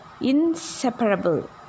inseparable